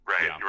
Right